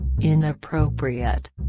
inappropriate